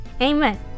amen